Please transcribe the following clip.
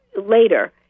later